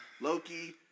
Loki